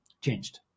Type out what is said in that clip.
Changed